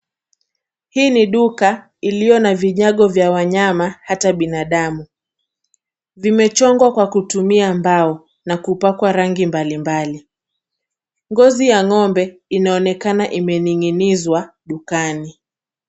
Hii ni duka ilio na vinyako vya wanyama hata binadamu. Vimechongwa kwa kutumia mbao na kupakwa rangi mbali mbali. Ngozi ya ng'ombe inaonekana imeningi'niswa dukani.